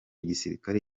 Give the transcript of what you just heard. gisirikare